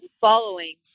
following